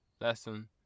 lesson